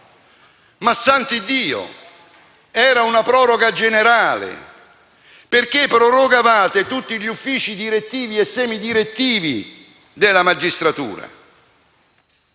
proroga, ma era una proroga generale perché riguardava tutti gli uffici direttivi e semidirettivi della magistratura;